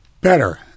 Better